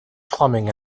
plumbing